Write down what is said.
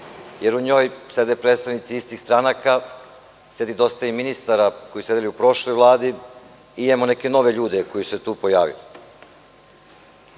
jer u njoj sede predstavnici istih stranaka, sedi dosta i ministara koji su sedeli u prošloj Vladi i imamo neke nove ljude koji su se tu